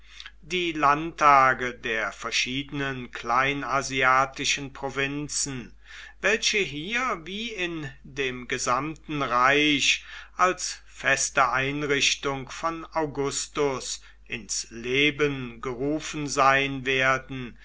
die landtage der verschiedenen kleinasiatischen provinzen welche hier wie in dem gesamten reich als feste einrichtung von augustus ins leben gerufen sein werden